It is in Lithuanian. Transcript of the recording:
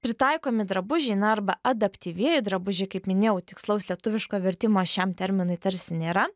pritaikomi drabužiai na arba adaptyvieji drabužiai kaip minėjau tikslaus lietuviško vertimo šiam terminui tarsi nėra